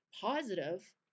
positive